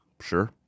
sure